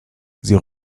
sie